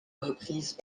reprise